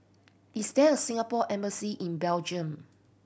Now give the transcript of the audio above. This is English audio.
is there a Singapore Embassy in Belgium